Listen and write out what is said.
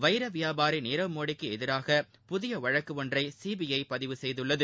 வைர வியாபாரி நீரவ் மோடிக்கு எதிராக புதிய வழக்கு ஒன்றை சிபிஐ பதிவு செய்துள்ளது